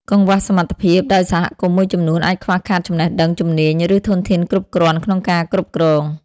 កង្វះសមត្ថភាព ដោយសហគមន៍មួយចំនួនអាចខ្វះខាតចំណេះដឹង ជំនាញ ឬធនធានគ្រប់គ្រាន់ក្នុងការគ្រប់គ្រង។